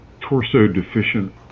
torso-deficient